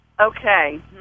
Okay